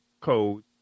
code